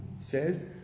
says